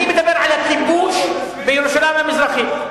אני מדבר על הכיבוש בירושלים המזרחית,